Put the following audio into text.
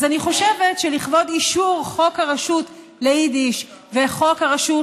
אז אני חושבת שלכבוד אישור חוק הרשות ליידיש וחוק הרשות